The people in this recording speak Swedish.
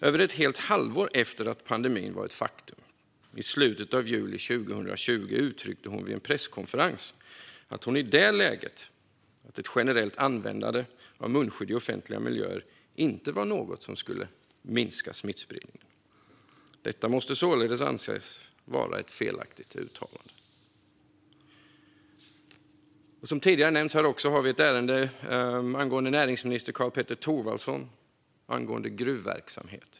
Men mer än ett halvår efter att pandemin var ett faktum, i slutet av juli 2020, uttryckte hon på en presskonferens att man i det läget inte såg att ett generellt användande av munskydd i offentliga miljöer var något som skulle minska smittspridningen. Det anmälda uttalandet måste således anses vara felaktigt. Som tidigare nämnts har vi också ett ärende om ett uttalande av näringsminister Karl-Petter Thorwaldsson angående gruvverksamhet.